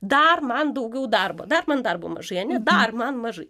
dar man daugiau darbo dar man darbo mažai ane dar man mažai